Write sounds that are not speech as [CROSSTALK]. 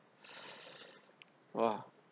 [NOISE] !wah!